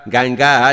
Ganga